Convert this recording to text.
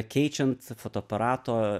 keičiant fotoaparato